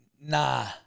nah